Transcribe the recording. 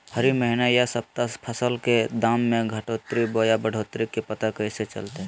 हरी महीना यह सप्ताह फसल के दाम में घटोतरी बोया बढ़ोतरी के पता कैसे चलतय?